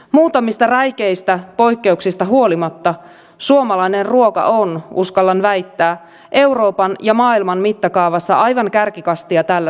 muutamista räikeistä poikkeuksista huolimatta suomalainen ruoka on uskallan väittää euroopan ja maailman mittakaavassa aivan kärkikastia tällä saralla